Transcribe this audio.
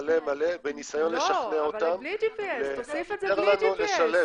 מלא, מלא בניסיון לשכנע אותם לאפשר לנו לשלב.